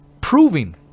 proving